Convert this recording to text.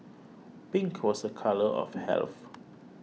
pink was a colour of health